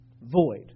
void